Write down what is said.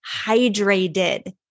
hydrated